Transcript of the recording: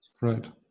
Right